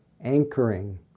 anchoring